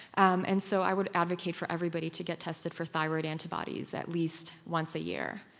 um and so i would advocate for everybody to get tested for thyroid antibodies at least once a year,